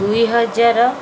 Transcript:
ଦୁଇ ହଜାର